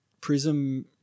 Prism